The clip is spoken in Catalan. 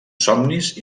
somnis